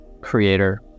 creator